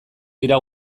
dira